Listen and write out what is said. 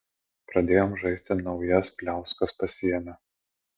pradėjom žaisti naujas pliauskas pasiėmę